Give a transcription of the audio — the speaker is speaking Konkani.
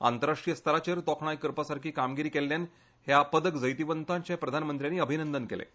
आंतराष्ट्रीय स्तराचेर तोखणाय करपा सारकी कामगिरी केल्ल्यान ह्या पदक जैतिवंतांचें प्रधानमंत्र्यांनी अभिनंदन केलें